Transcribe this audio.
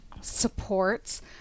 supports